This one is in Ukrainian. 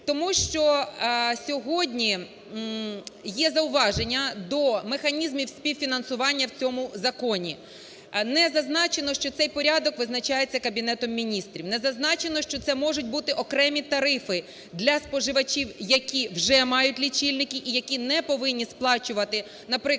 Тому що сьогодні є зауваження до механізмів співфінансування в цьому законі. Не зазначено, що цей порядок визначається Кабінетом Міністрів, не зазначено, що це можуть бути окремі тарифи для споживачів, які вже мають лічильники і які не повинні сплачувати, наприклад,